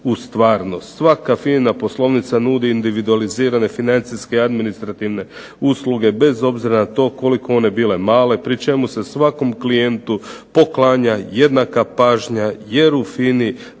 stvarnost. Svaka FINA-ina poslovnica nudi idividualizirane financijske administrativne usluge bez obzira na to koliko one bile male pri čemu se svakom klijentu poklanja jednaka pažnja, jer u FINA-i male